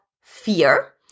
fear